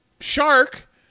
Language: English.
shark